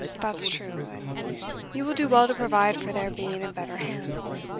that's true and you will do well to provide for their being in better hands.